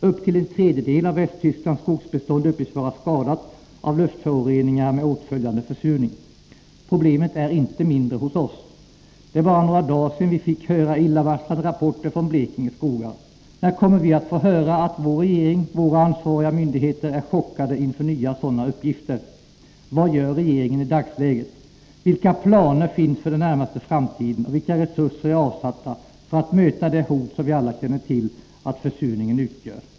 Upp till en tredjedel av Västtysklands skogsbestånd uppges vara skadat av luftföroreningar med åtföljande försurning. Problemet är inte mindre hos oss. Det är bara några dagar sedan vi fick höra illavarslande rapporter från Blekinges skogar. När kommer vi att få höra att vår regering och våra ansvariga myndigheter är chockade inför nya sådana uppgifter? Vad gör regeringen i dagsläget? Vilka planer finns för den närmaste framtiden, och vilka resurser är avsatta för att möta det hot som vi alla känner till att försurningen utgör?